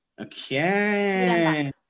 Okay